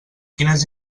quines